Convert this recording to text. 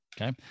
Okay